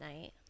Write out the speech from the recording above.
night